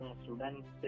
students